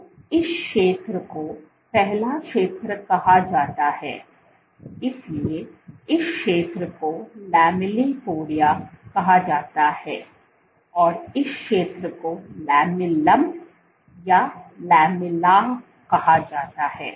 तो इस क्षेत्र को पहला क्षेत्र कहा जाता है इसलिए इस क्षेत्र को लैमेलिपोडिया कहा जाता है और इस क्षेत्र को लैमेलम या लैमेला कहा जाता है